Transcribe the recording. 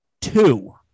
Two